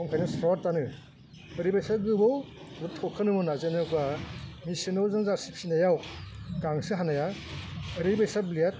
स्रथ दानो ओरैबायदि गोबौ थरखौनो मोना जेनेबा मिशिनाव जों जार्सि फिनायाव गांसो हानाया ओरैबायसा ब्लेद